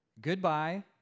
Goodbye